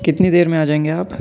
کتنی دیر میں آ جائیں گے آپ